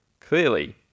Clearly